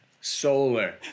Solar